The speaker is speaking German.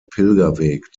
pilgerweg